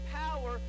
power